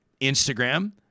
instagram